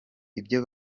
ibyo